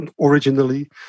originally